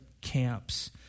camps